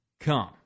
come